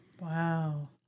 Wow